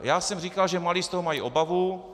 Já jsem říkal, že malí z toho mají obavu.